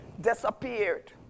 disappeared